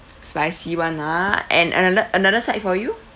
spicy one ah and another another side for you